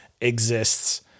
exists